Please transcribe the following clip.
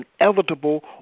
inevitable